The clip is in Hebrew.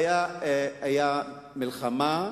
היתה מלחמה,